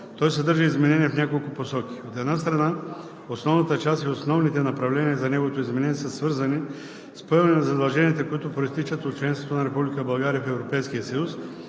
Той съдържа изменения в няколко посоки. От една страна, основната част и основните направления за неговото изменение са свързани с поемане на задълженията, които произтичат от членството на Република България в